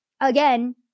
Again